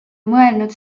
mõelnud